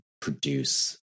produce